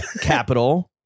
capital